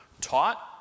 taught